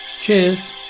Cheers